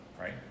Right